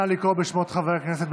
נא לקרוא בשמות חברי הכנסת,